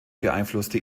beeinflusste